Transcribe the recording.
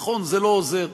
נכון, זה לא עוזר.